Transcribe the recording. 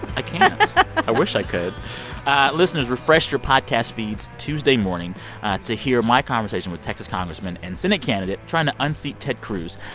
i can't. i wish i could listeners, refresh your podcast feeds tuesday morning to hear my conversation with texas congressman and senate candidate trying to unseat ted cruz,